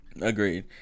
Agreed